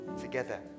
together